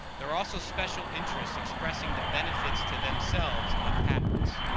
there are also special interests expressing the benefits to themselves of patents.